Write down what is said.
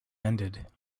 ended